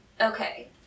Okay